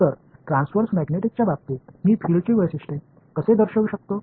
तर ट्रान्सव्हर्स मॅग्नेटिकच्या बाबतीत मी फील्डचे वैशिष्ट्य कसे दर्शवू शकतो